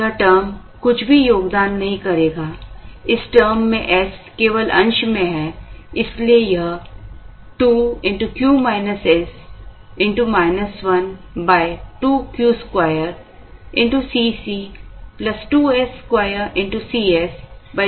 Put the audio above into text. तो यह term कुछ भी योगदान नहीं करेगा इस term में s केवल अंश में है इसलिए यह 2 2Q2 Cc 2s2 Cs 2Q होगा